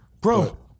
Bro